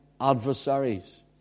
adversaries